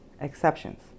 exceptions